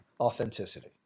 authenticity